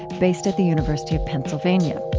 based at the university of pennsylvania